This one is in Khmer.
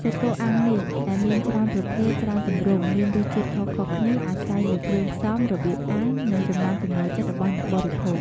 សាច់គោអាំងនេះដែរមានច្រើនប្រភេទច្រើនទម្រង់ មានរសជាតិខុសៗគ្នា អាស្រ័យលើគ្រឿងផ្សំ របៀបអាំង និងចំណង់ចំណូលចិត្តរបស់អ្នកបរិភោគ។